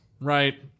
Right